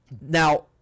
Now